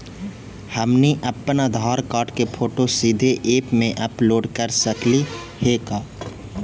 हमनी अप्पन आधार कार्ड के फोटो सीधे ऐप में अपलोड कर सकली हे का?